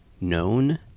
known